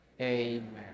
amen